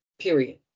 period